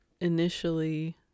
initially